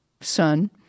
son